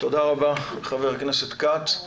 תודה רבה, חבר הכנסת כץ.